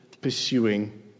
pursuing